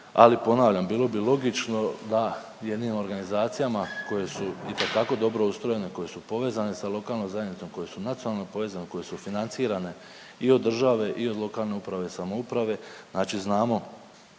ali ponavljam bilo bi logično da je tim organizacijama koje su itekako dobro ustrojene, koje su povezane s lokalnom zajednicom, koje su nacionalno povezane, koje su financirane i od države i od lokalne uprave i samouprave. Znači znamo